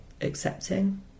accepting